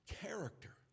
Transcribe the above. character